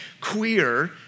queer